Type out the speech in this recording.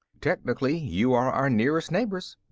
technically, you are our nearest neighbors.